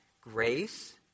grace